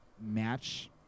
match